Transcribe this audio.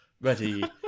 ready